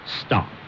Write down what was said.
stop